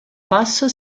passo